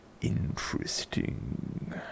interesting